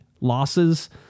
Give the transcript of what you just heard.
losses